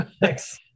thanks